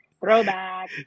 Throwback